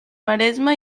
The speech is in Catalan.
maresme